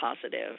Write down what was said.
positive